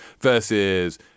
versus